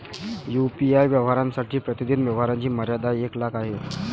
UPI व्यवहारांसाठी प्रतिदिन व्यवहारांची मर्यादा एक लाख आहे